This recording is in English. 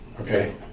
okay